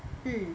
mm